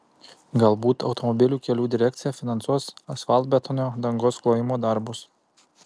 galbūt automobilių kelių direkcija finansuos asfaltbetonio dangos klojimo darbus